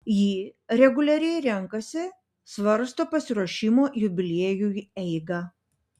ji reguliariai renkasi svarsto pasiruošimo jubiliejui eigą